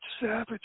Savage